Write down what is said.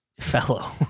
Fellow